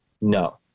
No